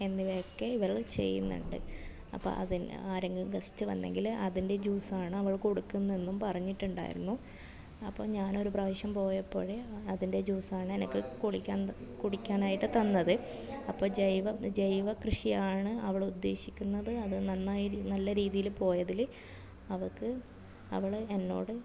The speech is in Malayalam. എന്നിവയൊക്കെ ഇവൾ ചെയ്യുന്നുണ്ട് അപ്പം അതിന് ആരെങ്കിലും ഗസ്റ്റ് വന്നെങ്കിൽ അതിൻ്റെ ജ്യൂസ് ആണ് അവൾ കൊടുക്കുന്നതെന്നും പറഞ്ഞിട്ടുണ്ടായിരുന്നു അപ്പോൾ ഞാൻ ഒരു പ്രാവശ്യം പോയപ്പോൾ അതിൻ്റെ ജ്യൂസ് ആണ് എനിക്ക് കുളിക്കാൻ കുടിക്കാൻ ആയിട്ട് തന്നത് അപ്പോൾ ജൈവ ജൈവകൃഷിയാണ് അവൾ ഉദ്ദേശിക്കുന്നത് അത് നന്നായി നല്ല രീതിയിൽ പോയതിൽ അവൾക്ക് അവൾ എന്നോട്